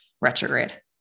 retrograde